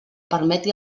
permeti